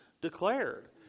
declared